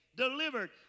Delivered